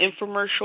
infomercial